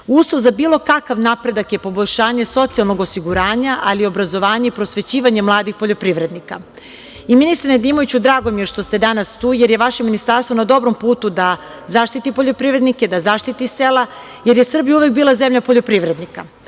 za bilo kakav napredak je poboljšanje socijalnog osiguranja, ali i obrazovanja i prosvećivanja mladih poljoprivrednika. Ministre Nedimoviću, drago mi je što se danas tu jer je vaše ministarstvo na dobrom putu da zaštiti poljoprivrednike, da zaštiti sela jer je Srbija uvek bila zemlja poljoprivrednika